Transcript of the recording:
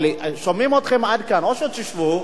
או שתשבו או שמאחורה תדברו.